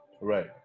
Right